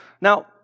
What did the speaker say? Now